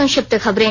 संक्षिप्त खबरें